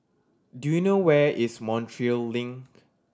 do you know where is Montreal Link